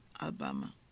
Alabama